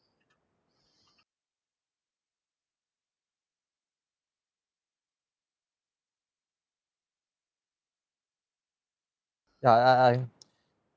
ya I I